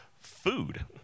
food